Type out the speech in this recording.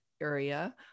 area